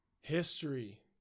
history